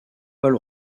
paul